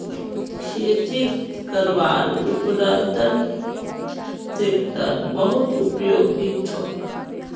खेती करवार उपकरनत ट्रेक्टर बहुत उपयोगी छोक